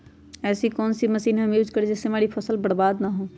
ऐसी कौन सी मशीन हम यूज करें जिससे हमारी फसल बर्बाद ना हो?